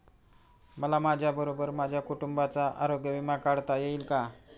मला माझ्याबरोबर माझ्या कुटुंबाचा आरोग्य विमा काढता येईल का?